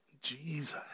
Jesus